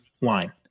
line